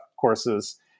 courses